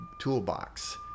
toolbox